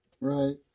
right